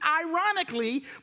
ironically